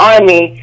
Army